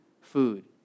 Food